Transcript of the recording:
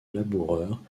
laboureur